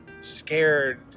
scared